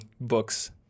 books